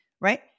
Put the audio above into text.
right